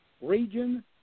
region